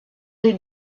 les